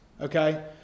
okay